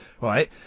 right